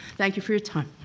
thank you for your time.